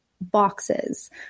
boxes